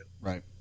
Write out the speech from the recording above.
Right